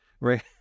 Right